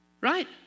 Right